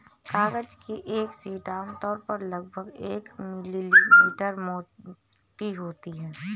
कागज की एक शीट आमतौर पर लगभग एक मिलीमीटर मोटी होती है